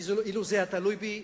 אילו זה היה תלוי בי,